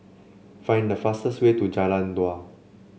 find the fastest way to Jalan Dua